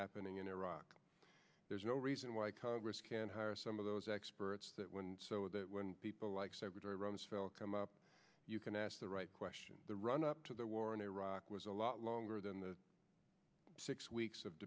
happening in iraq there's no reason why congress can't hire some of those experts that when people like secretary rumsfeld come up you can ask the right question the run up to the war in iraq was a lot longer than the six weeks of